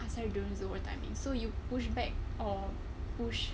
asar during zohor timing so you push back or push